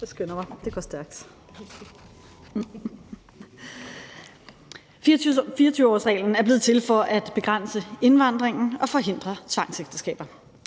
Pernille Vermund (NB): 24-årsreglen er blevet til for at begrænse indvandringen og forhindre tvangsægteskaber.